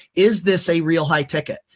is this a real high ticket?